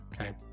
okay